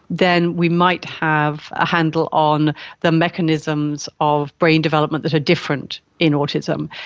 then we might have a handle on the mechanisms of brain development that are different in autism.